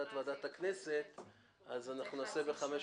שיניתי אותה ואני מצביע נגד.